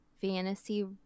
fantasy